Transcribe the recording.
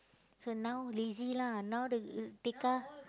so now lazy lah now the uh Tekka